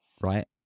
right